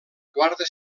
quarta